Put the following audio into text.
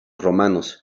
romanos